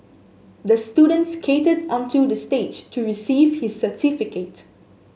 the student skated onto the stage to receive his certificate